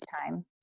time